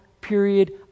period